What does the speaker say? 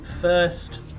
first